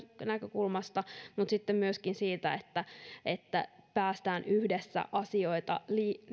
näkökulmasta mutta sitten myöskin siitä näkökulmasta että päästään yhdessä asioita